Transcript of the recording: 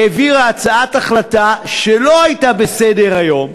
העבירה הצעת החלטה שלא הייתה בסדר-היום,